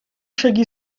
шаги